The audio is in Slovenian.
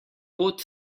pot